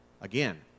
again